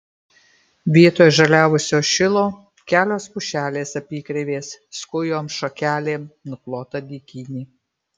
vietoj žaliavusio šilo kelios pušelės apykreivės skujom šakelėm nuklota dykynė